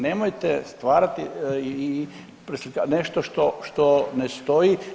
Nemojte stvarati nešto što ne stoji.